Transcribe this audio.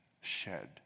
shed